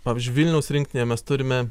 pavyzdžiui vilniaus rinktinėje mes turime